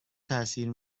تاثیر